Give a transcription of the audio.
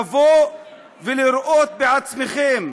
לבוא ולראות בעצמכם.